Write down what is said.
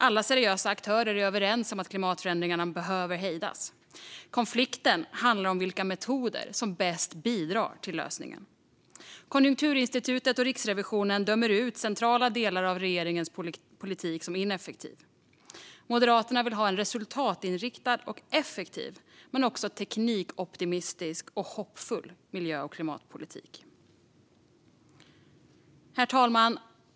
Alla seriösa aktörer är överens om att klimatförändringarna behöver hejdas. Konflikten handlar om vilka metoder som bäst bidrar till lösningen. Konjunkturinstitutet och Riksrevisionen dömer ut centrala delar av regeringens politik som ineffektiv. Moderaterna vill ha en resultatinriktad och effektiv men också teknikoptimistisk och hoppfull miljö och klimatpolitik. Herr talman!